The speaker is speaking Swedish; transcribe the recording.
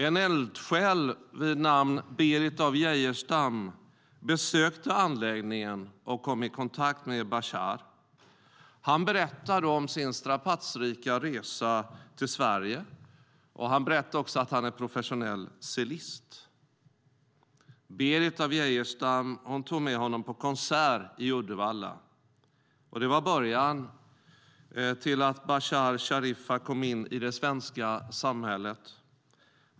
En eldsjäl vid namn Berit af Geijerstam besökte anläggningen och kom i kontakt med Bashar. Han berättade om sin strapatsrika resa till Sverige. Han berättade också att han var professionell cellist. Berit af Geijerstam tog med honom på konsert i Uddevalla. Det var början till att Bashar Sharifah kom in i det svenska samhället.